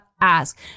ask